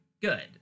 good